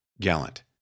gallant